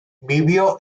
vivió